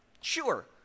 Sure